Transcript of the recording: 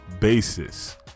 basis